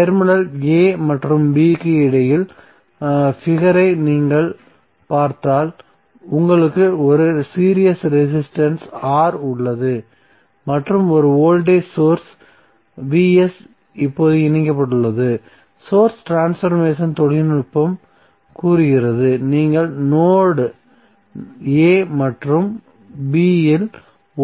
terminal a மற்றும் b க்கு இடையிலான பிகர் ஐ நீங்கள் பார்த்தால் உங்களுக்கு ஒரு சீரிஸ் ரெசிஸ்டன்ஸ் R உள்ளது மற்றும் ஒரு வோல்டேஜ் சோர்ஸ் இப்போது இணைக்கப்பட்டுள்ளது சோர்ஸ் ட்ரான்ஸ்பர்மேசன் தொழில்நுட்பம் கூறுகிறது நீங்கள் நோட் a மற்றும் b இல்